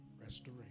Restoration